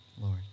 Lord